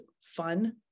fun